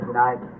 tonight